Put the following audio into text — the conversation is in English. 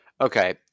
Okay